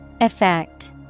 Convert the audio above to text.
Effect